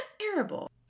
terrible